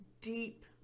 deep